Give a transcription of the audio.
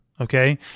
okay